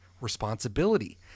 responsibility